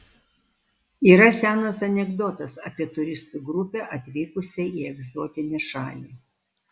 yra senas anekdotas apie turistų grupę atvykusią į egzotinę šalį